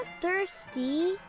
thirsty